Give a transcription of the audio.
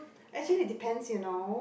actually depends you know